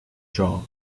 job